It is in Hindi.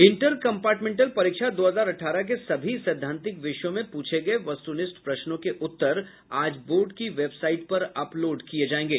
इंटर कम्पार्टमेंटल परीक्षा दो हजार अठारह के सभी सैद्वांतिक विषयों में पूछे गये वस्तुनिष्ठ प्रश्नों के उत्तर आज बोर्ड की वेबसाईट पर अपलोड किये जायेंगे